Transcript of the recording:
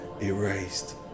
erased